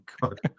god